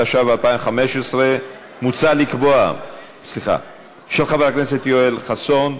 התשע"ו 2015, של חבר הכנסת יואל חסון,